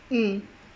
mm